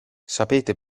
sapete